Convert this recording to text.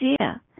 idea